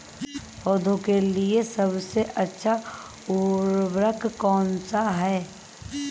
पौधों के लिए सबसे अच्छा उर्वरक कौनसा हैं?